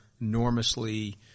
enormously